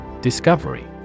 Discovery